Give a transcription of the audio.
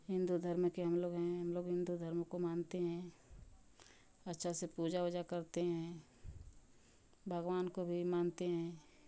हिंदू धर्म के हम लोग हैं हम लोग हिंदू धर्म को मानते हैं अच्छा से पूजा वूजा करते हैं भगवान को भी मानते हैं